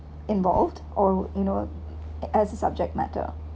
involved or you know as a subject matter